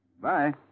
Bye